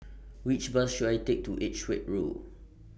Which Bus should I Take to Edgeware Road